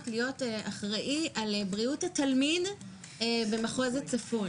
להיות אחראי על בריאות התלמיד במחוז הצפון.